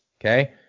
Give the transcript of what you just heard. Okay